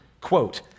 quote